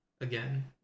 Again